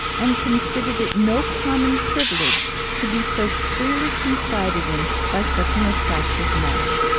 and considered it no common privilege to be so freely confided in by such an attractive man.